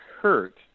hurt